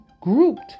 grouped